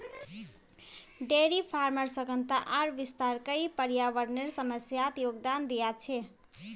dairy फार्मेर सघनता आर विस्तार कई पर्यावरनेर समस्यात योगदान दिया छे